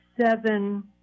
seven